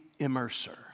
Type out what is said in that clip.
Immerser